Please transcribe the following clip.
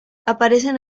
aparecen